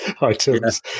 items